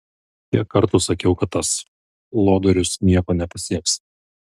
kiek kartų sakiau kad tas lodorius nieko nepasieks